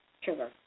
sugar